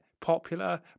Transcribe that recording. popular